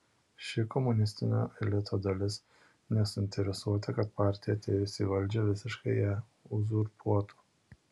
ši komunistinio elito dalis nesuinteresuota kad partija atėjusi į valdžią visiškai ją uzurpuotų